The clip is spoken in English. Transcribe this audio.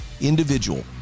individual